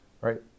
Right